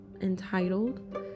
entitled